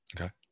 Okay